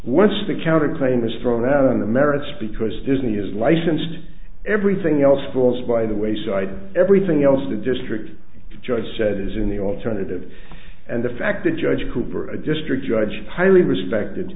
once the counterclaim is thrown out on the merits because disney is licensed everything else falls by the wayside everything else the district judge said is in the alternative and the fact that judge cooper a district judge highly respected